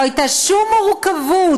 לא הייתה שום מורכבות,